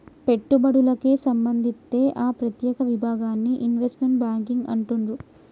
పెట్టుబడులకే సంబంధిత్తే ఆ ప్రత్యేక విభాగాన్ని ఇన్వెస్ట్మెంట్ బ్యేంకింగ్ అంటుండ్రు